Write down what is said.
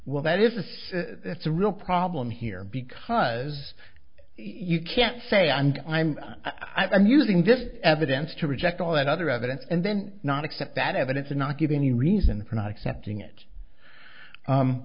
well that is this it's a real problem here because you can't say i'm i'm i'm using this evidence to reject all that other evidence and then not accept that evidence and not give any reason for not accepting it